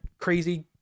crazy